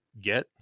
get